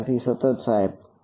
વિદ્યાર્થી સતત સાહેબ